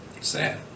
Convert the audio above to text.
Sad